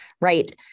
right